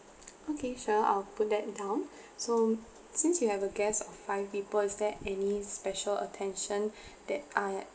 okay sure I'll put that down so since you have a guest of five people is there any special attention that I